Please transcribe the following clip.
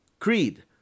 Creed